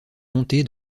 comté